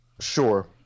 Sure